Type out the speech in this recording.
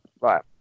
right